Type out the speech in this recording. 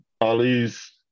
Ali's